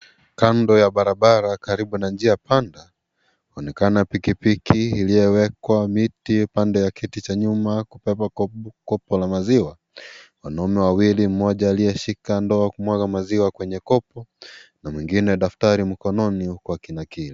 Kando ya barabara karibu na njia panda, kunaonekana pikipiki iliyowekwa miti upande wa kiti kwa nyuma ikiwepo kopo la maziwa. Wanaume wawili, mmoja aliyeshika ndoo kumwaga maziwa kwenye kopo na mwengine daftari mkononi huku akinakili.